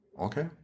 okay